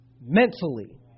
mentally